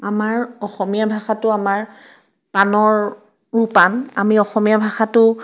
আমাৰ অসমীয়া ভাষাটো আমাৰ প্ৰাণৰো প্ৰাণ আমি অসমীয়া ভাষাটো